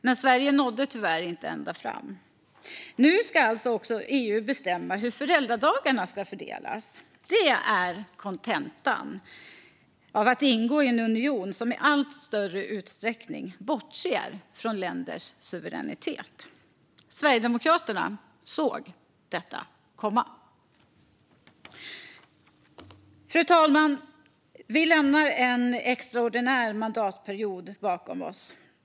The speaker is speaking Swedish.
Men Sverige nådde tyvärr inte ända fram. Nu ska EU alltså också bestämma hur föräldradagarna ska fördelas. Det är kontentan av att ingå i en union som i allt större utsträckning bortser från länders suveränitet. Sverigedemokraterna såg detta komma. Fru talman! Vi lämnar en extraordinär mandatperiod bakom oss.